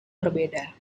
berbeda